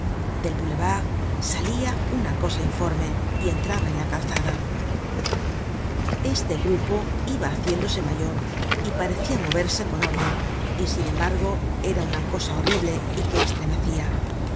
del boulevard salia una cosa informe y entraba en la calzada este grupo iba haciéndose mayor y parecia moverse con órden y sin embargo era una cosa horrible y que estremecia parecia